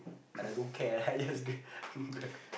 I like don't care I just Grab Grab